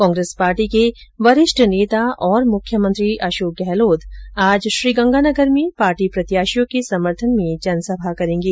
Congress party के वरिष्ठ नेता और मुख्यमंत्री अशोक गहलोत आज श्रीगंगानगर में पार्टी प्रत्याशियों के समर्थन में जनसभा करेंगे